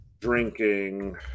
drinking